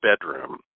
Bedroom